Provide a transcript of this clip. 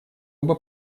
оба